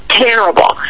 terrible